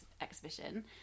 exhibition